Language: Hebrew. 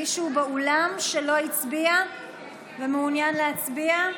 מישהו באולם שלא הצביע ומעוניין להצביע?